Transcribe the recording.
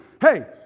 Hey